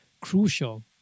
crucial